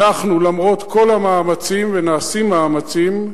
אנחנו, למרות כל המאמצים, ונעשים מאמצים,